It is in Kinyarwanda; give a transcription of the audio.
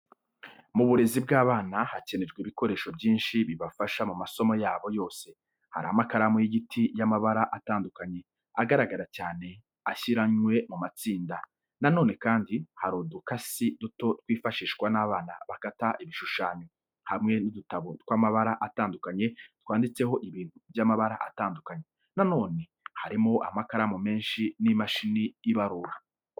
Mu burezi bw'abana hakenerwa ibikoresho byinshi bibafasha mu masomo yabo yose. Hari amakaramu y'igiti y'amabara atandukanye, agaragara cyane ashyiranywe mu matsinda. Na none kandi hari udukasi duto twifashishwa n'abana bakata ibishushanyo, hamwe n'udutabo tw'amabara atandukanye twanditseho ibintu by'amabara atandukanye. Na none harimo amakaramu menshi n'imashini ibarura.